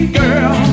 girl